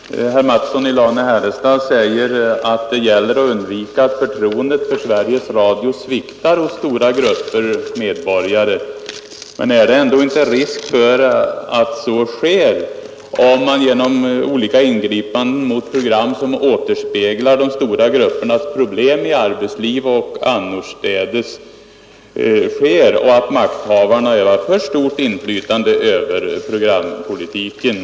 Herr talman! Herr Mattsson i Lane-Herrestad säger att det gäller att undvika att förtroendet för Sveriges Radio sviktar hos stora grupper medborgare. Men är det ändå inte risk för att så sker om man företar olika ingripanden mot program, som återspeglar de stora gruppernas problem i arbetsliv och annorstädes, och att makthavarna övar för stort inflytande över programpolitiken?